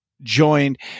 joined